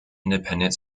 independent